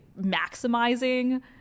maximizing